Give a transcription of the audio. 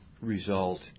result